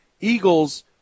Eagles